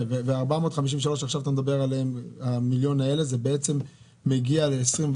ו-453 מיליון האלה, זה בעצם מגיע ל-21',